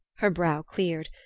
her brow cleared.